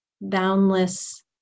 boundless